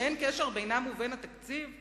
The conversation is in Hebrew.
שאין קשר בינם ובין התקציב?